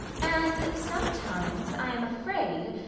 and sometimes, i am afraid,